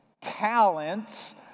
talents